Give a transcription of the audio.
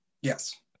yes